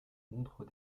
montre